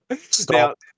Stop